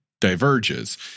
diverges